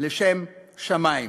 לשם שמים".